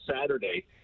saturday